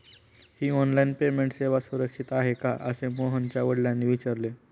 ही online payment सेवा सुरक्षित आहे का असे मोहनच्या वडिलांनी विचारले